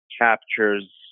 captures